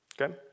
Okay